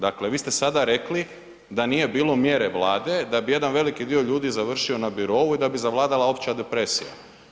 Dakle, vi ste sada rekli da nije bilo mjere Vlade, da bi jedan veliki dio ljudi završio na birou i da bi zavladala opća depresija.